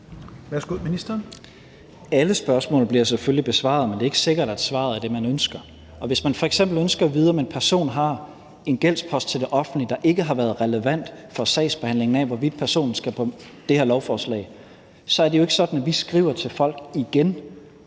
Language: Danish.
Alle spørgsmål bliver selvfølgelig besvaret, men det er ikke sikkert, at svaret er det, man ønsker. Hvis man f.eks. ønsker at vide, om en person har en gældspost til det offentlige, der ikke har været relevant for behandlingen af, hvorvidt personen skal på det her lovforslag, så er det jo ikke sådan, at vi skriver til folk igen